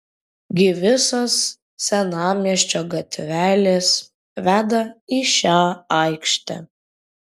gi visos senamiesčio gatvelės veda į šią aikštę